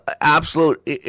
absolute